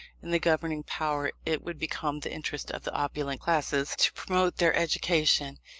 in the governing power, it would become the interest of the opulent classes to promote their education,